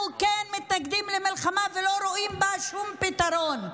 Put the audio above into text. ואנחנו כן מתנגדים למלחמה ולא רואים בה שום פתרון.